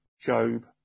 Job